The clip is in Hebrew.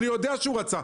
אני יודע שהוא רצה,